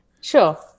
Sure